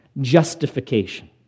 Justification